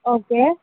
okay